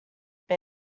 been